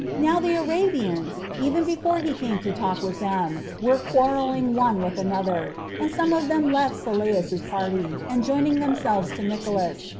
now the arabians, even before he came to talk with them, were quarrelling one with another and some of them left sylleus's party, and joining themselves to nicolaus,